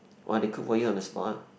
!wah! they cook for you on the spot